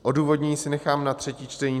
Odůvodnění si nechám na třetí čtení.